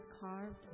carved